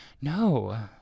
No